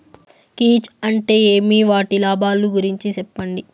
కీచ్ అంటే ఏమి? వాటి లాభాలు గురించి సెప్పండి?